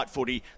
Footy